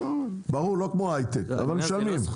ברור, לא כמו הייטק, אבל משלמים.